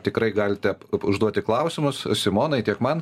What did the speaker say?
tikrai galite užduoti klausimus simonai tiek man